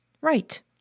Right